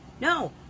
No